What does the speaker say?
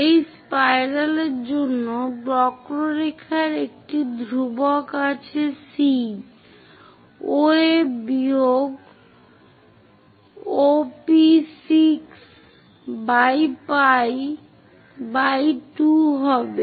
এই স্পাইরাল জন্য বক্ররেখার একটি ধ্রুবক আছে C OA বিয়োগ OP6 pi 2 হবে